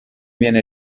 viene